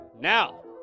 Now